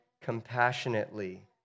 compassionately